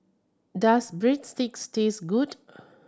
does Breadsticks taste good